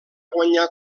guanyar